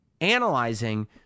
analyzing